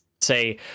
say